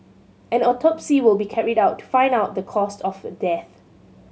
an autopsy will be carried out to find out the caused of death